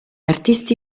artisti